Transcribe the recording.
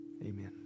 amen